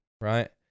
right